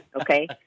okay